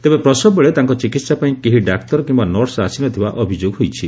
ତେବେ ପ୍ରସବ ବେଳେ ତାଙ୍କ ଚିକିହା ପାଇଁ କେହି ଡାକ୍ତର କିମ୍ବା ନର୍ସ ଆସି ନ ଥିବା ଅଭିଯୋଗ ହୋଇଛି